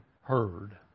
heard